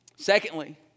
Secondly